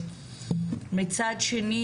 מצד שני,